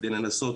כדי לנסות